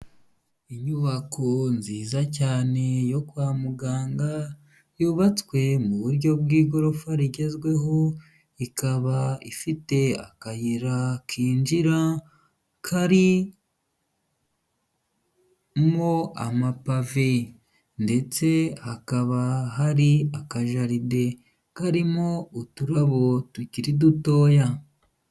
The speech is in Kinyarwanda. Inyubako nziza cyane yo kwa muganga yubatswe mu buryo bw'igorofa rigezweho, ikaba ifite akayira kinjira karimo amapave ndetse hakaba hari akajaride karimo uturabo tukiri dutoya.